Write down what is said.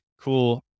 cool